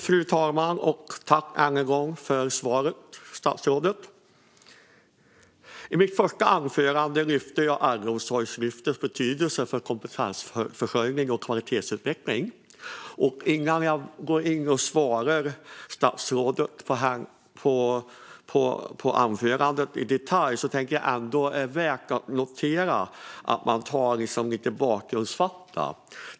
Fru talman! Jag tackar än en gång statsrådet för svaret. I mitt första anförande tog jag upp Äldreomsorgslyftets betydelse för kompetensförsörjning och kvalitetsutveckling. Innan jag svarar på statsrådets anförande i detalj tycker jag att det är värt att notera lite bakgrundsfakta.